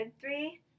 three